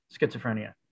schizophrenia